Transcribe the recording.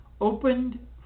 Opened